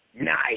Nice